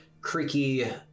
creaky